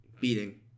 Beating